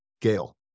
Gail